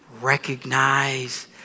recognize